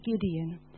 Gideon